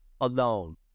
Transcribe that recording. alone